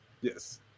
Yes